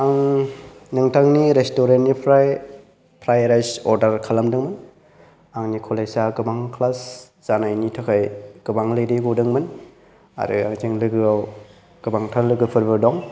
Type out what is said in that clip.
आं नोंथांनि रेस्टुरेन्ट निफ्राय फ्रायड राइस अर्डार खालामदोंमोन आंनि कलेज आ गोबां क्लास जानायनि थाखाय गोबां लेट यै गदोंमोन आरो जों लोगोआव गोबांथार लोगोफोरबो दं